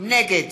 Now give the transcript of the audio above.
נגד